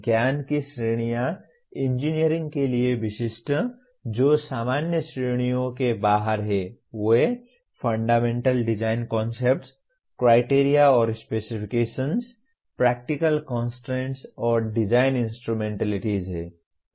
ज्ञान की श्रेणियां इंजीनियरिंग के लिए विशिष्ट जो सामान्य श्रेणियों के बाहर हैं वे फंडामेंटल डिज़ाइन कन्सेप्ट्स क्राइटेरिया और स्पेसिफिकेशन्स प्रैक्टिकल कंस्ट्रेंट्स और डिजाइन इंस्ट्रूमेंटलिटीज़ हैं